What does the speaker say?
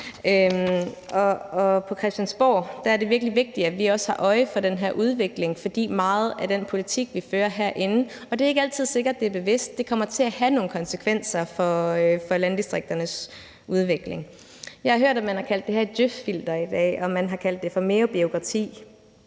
På Christiansborg er det virkelig vigtigt, at vi også har øje for den her udvikling, fordi meget af den politik, vi fører herinde, og det er ikke altid sikkert, det er bevidst, kommer til at have nogle konsekvenser for landdistrikternes udvikling. Jeg har hørt, man har kaldt det her et djøf-filter i dag, og at man har kaldt det for mere bureaukrati.